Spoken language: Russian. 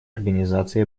организации